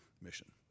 mission